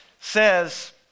says